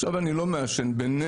עכשיו אני לא מעשן בנדר.